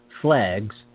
flags